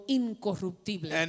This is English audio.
incorruptible